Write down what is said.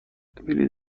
بلیط